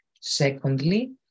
Secondly